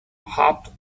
hopped